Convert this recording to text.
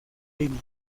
línea